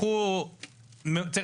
צריך